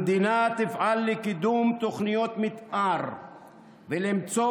המדינה תפעל לקידום תוכניות מתאר ולמצוא